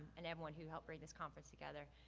and everyone who helped bring this conference together.